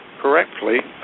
correctly